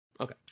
Okay